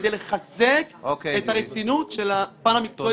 כדי לחזק את הרצינות של הפן המקצועי.